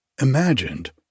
imagined